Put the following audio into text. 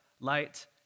Light